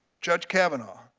judge kavanaugh